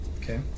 Okay